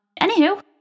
anywho